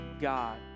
God